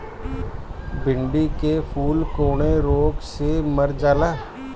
भिन्डी के फूल कौने रोग से मर जाला?